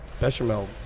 Bechamel